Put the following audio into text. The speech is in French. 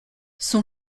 son